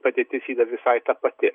padėtis yra visai ta pati